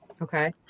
Okay